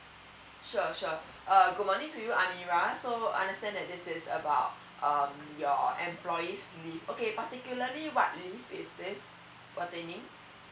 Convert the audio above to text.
sure sure err good morning to you amira so understand that this is is about uh your employees leave mm okay particularly what leave is this pertaining